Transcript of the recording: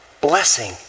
Blessing